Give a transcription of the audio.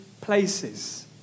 places